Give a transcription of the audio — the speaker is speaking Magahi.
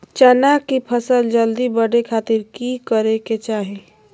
चना की फसल जल्दी बड़े खातिर की करे के चाही?